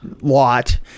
lot